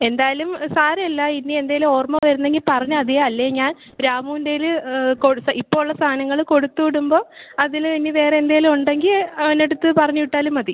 എന്തായാലും സാരമില്ല ഇനി എന്തേലും ഓർമ്മ വരുന്നെങ്കിൽ പറഞ്ഞാൽ മതി അല്ലെ ഞാൻ രാമൂൻറ്റേൽ കൊടുത്ത് ഇപ്പം ഉള്ള സാധനങ്ങൾ കൊടുത്ത് വിടുമ്പോൾ അതിൽ ഇനി വേറെ എന്തേലും ഉണ്ടെങ്കിൽ അവന്റടുത്ത് പറഞ്ഞ് വിട്ടാലും മതി